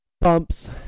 bumps